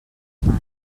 mai